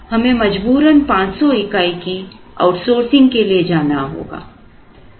तब हमें मजबूरन 500 इकाई की आउटसोर्सिंग के लिए जाना होगा